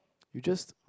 you just